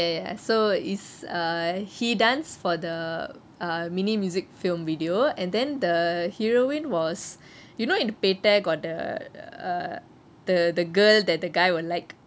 ya ya so is he dance for the uh mini music film video and then the heroine was you know in Petta got the err the the girl that the guy will like